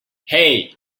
hey